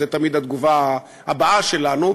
זו תמיד התגובה הבאה שלנו,